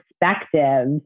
perspective